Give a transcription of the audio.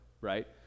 right